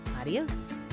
Adios